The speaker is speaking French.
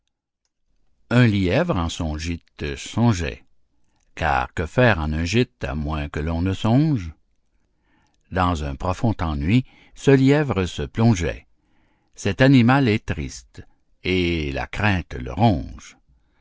un lièvre en son gîte songeait car que faire en un gîte à moins que l'on ne songe dans un profond ennui ce lièvre se plongeait cet animal est triste et la crainte le